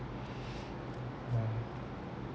yeah